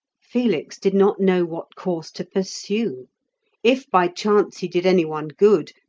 felix did not know what course to pursue if by chance he did any one good,